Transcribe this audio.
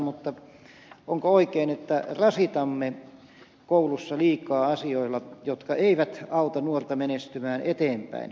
mutta onko oikein että rasitamme koulussa liikaa asioilla jotka eivät auta nuorta menestymään eteenpäin